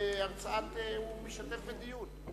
הוא משתתף בדיון.